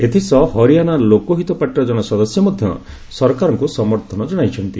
ଏଥିସହ ହରିୟାଣା ଲୋକହିତ ପାର୍ଟିର ଜଣେ ସଦସ୍ୟ ମଧ୍ୟ ସରକାରଙ୍କ ସମର୍ଥନ ଜଣାଇଛନ୍ତି